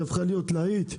שהפכה להיות להיט,